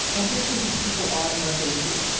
and here's who these people are and what they do.